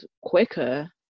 quicker